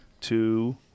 two